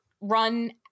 run